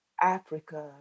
Africa